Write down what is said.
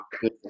good